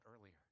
earlier